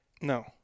No